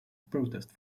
protest